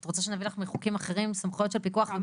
את רוצה שנביא לך מחוקים אחרים סמכויות של פיקוח ובקרה.